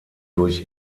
durch